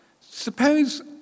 Suppose